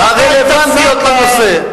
והרלוונטיות לנושא,